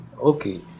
okay